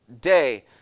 day